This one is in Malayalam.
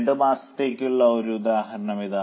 2 മാസത്തേക്കുള്ള ഒരു ഉദാഹരണം ഇതാ